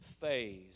phase